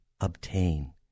obtain